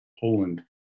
Poland